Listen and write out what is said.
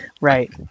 Right